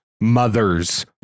mothers